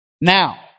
Now